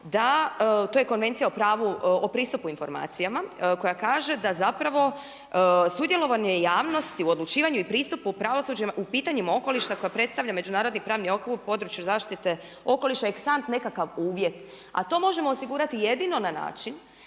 to je Konvencija o pravu, o pristupu informacijama koja kaže da zapravo sudjelovanje javnosti u odlučivanju i pristupu pravosuđima, u pitanjima okoliša koja predstavlja međunarodni pravni okvir u području zaštite okoliša …/Govornik se ne razumije./… nekakav uvjet. A to možemo osigurati jedino na čina